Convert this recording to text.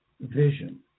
vision